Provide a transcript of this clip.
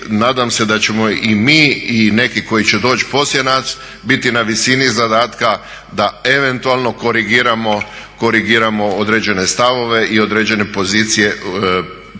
nadam se da ćemo i mi i neki koji će doći poslije nas biti na visini zadatka da eventualno korigiramo određene stavove i određene pozicije pravovremeno.